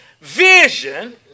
vision